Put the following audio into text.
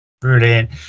Brilliant